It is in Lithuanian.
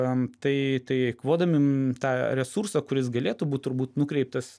tai tai eikvodami tą resursą kuris galėtų būt turbūt nukreiptas